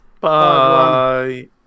Bye